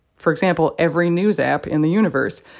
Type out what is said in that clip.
for example, every news app in the universe.